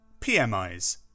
PMIs